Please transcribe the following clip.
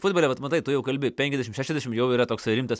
futbole vat matai tu jau kalbi penkiasdešim šešiasdešim jau yra toksai rimtas